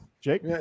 Jake